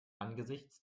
angesichts